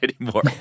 anymore